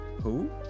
Who